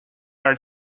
are